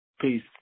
Peace